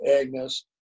Agnes